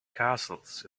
castles